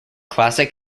classic